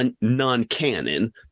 non-canon